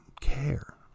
care